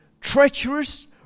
treacherous